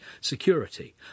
security